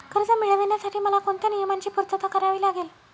कर्ज मिळविण्यासाठी मला कोणत्या नियमांची पूर्तता करावी लागेल?